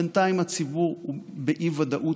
בינתיים הציבור באי-ודאות